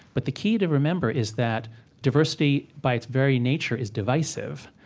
but the key to remember is that diversity by its very nature is divisive,